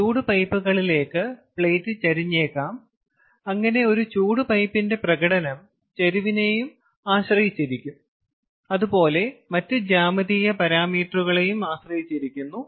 ചൂട് പൈപ്പുകളിലേക്ക് പ്ലേറ്റ് ചെരിഞ്ഞേക്കാം അങ്ങനെ ഒരു ചൂട് പൈപ്പിന്റെ പ്രകടനം ചെരിവിനെയും മറ്റ് ജ്യാമിതീയ പാരാമീറ്ററുകളെയും ആശ്രയിച്ചിരിക്കുന്നു